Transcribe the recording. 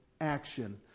action